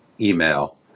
email